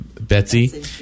Betsy